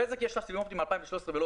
לבזק יש סיבים אופטיים מ-2013 והיא לא